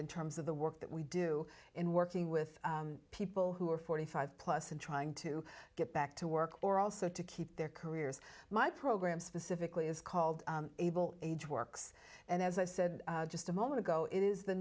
in terms of the work that we do in working with people who are forty five plus and trying to get back to work or also to keep their careers my program specifically is called able age works and as i said just a moment ago it is the